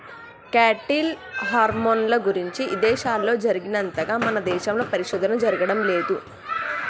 cattle హార్మోన్ల గురించి ఇదేశాల్లో జరిగినంతగా మన దేశంలో పరిశోధన జరగడం లేదు